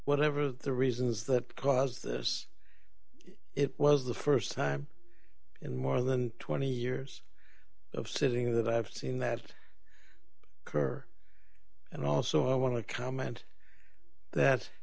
whatever the reasons that cause this it was the st time in more than twenty years of sitting that i've seen that kerr and also i want to comment that